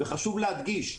וחשוב להדגיש.